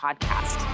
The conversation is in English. podcast